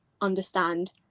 understand